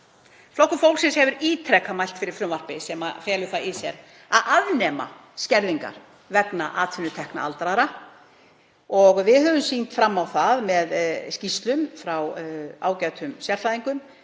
Flokkur fólksins hefur ítrekað mælt fyrir frumvarpi sem felur það í sér að afnema skerðingar vegna atvinnutekna aldraðra og við höfum sýnt fram á það með skýrslum frá ágætum sérfræðingum